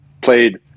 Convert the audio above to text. played –